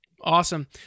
Awesome